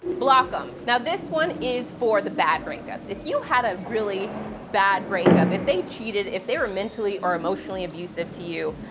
block them. now this one is for the bad breakups. if you had a really bad breakup, if they cheated, if they were mentally or emotionally abusive to you,